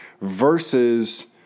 versus